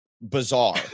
bizarre